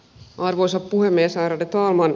arvoisa puhemies ärade talman